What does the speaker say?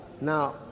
now